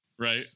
right